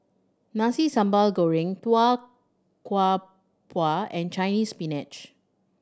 Nasi Sambal Goreng Tau Kwa Pau and Chinese Spinach